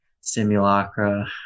Simulacra